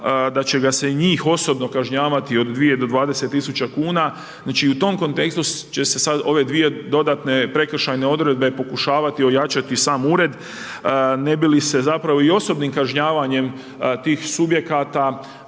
da će ga se i njih osobno kažnjavati od 2-20 tisuća kuna znači i u tom kontekstu će se sada ove dvije dodatno prekršajne odredbe pokušavati ojačati sam ured, ne bi li se zapravo i osobnim kažnjavanjem tih subjekata